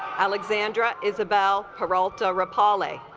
alexandra isabel peralta rupali